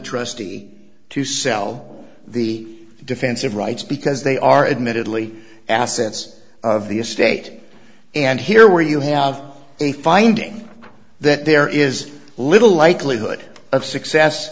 trustee to sell the defensive rights because they are admittedly assets of the estate and here where you have a finding that there is little likelihood of success